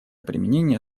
применение